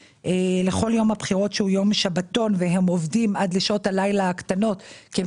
לכל יום הבחירות שהוא יום שבתון והם עובדים עד לשעות הלילה הקטנות כי הם